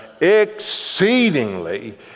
exceedingly